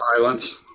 silence